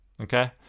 okay